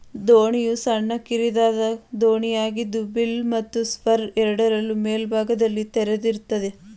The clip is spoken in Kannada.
ದೋಣಿಯು ಸಣ್ಣ ಕಿರಿದಾದ ದೋಣಿಯಾಗಿದ್ದು ಬಿಲ್ಲು ಮತ್ತು ಸ್ಟರ್ನ್ ಎರಡರಲ್ಲೂ ಮೇಲ್ಭಾಗದಲ್ಲಿ ತೆರೆದಿರ್ತದೆ